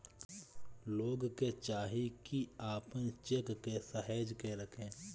लोग के चाही की आपन चेक के सहेज के रखे